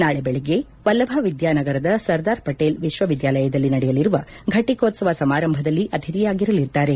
ನಾಳೆ ಬೆಳಗ್ಗೆ ವಲ್ಲಭ ವಿದ್ವಾ ನಗರದ ಸರ್ಧಾರ್ ಪಟೇಲ್ ವಿಶ್ವವಿದ್ನಾಲಯದಲ್ಲಿ ನಡೆಯಲಿರುವ ಫಟಿಕೋತ್ತವ ಸಮಾರಂಭದಲ್ಲಿ ಅತಿಥಿಯಾಗಿರಲಿದ್ದಾರೆ